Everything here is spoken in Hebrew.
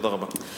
תודה רבה.